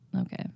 Okay